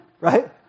right